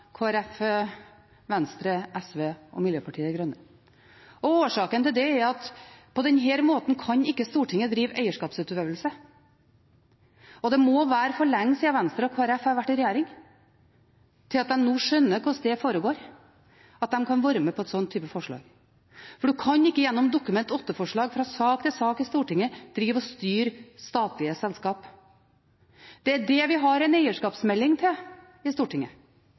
Folkeparti, Venstre, SV og Miljøpartiet De Grønne. Årsaken til det er at på denne måten kan ikke Stortinget drive eierskapsutøvelse. Det må være for lenge siden Venstre og Kristelig Folkeparti har vært i regjering til at de nå skjønner hvordan det foregår – til at de kan være med på en slik type forslag. Du kan ikke gjennom Dokument 8-forslag fra sak til sak i Stortinget drive og styre statlige selskap. Det er det vi har en eierskapsmelding til i Stortinget.